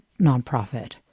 nonprofit